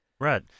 Right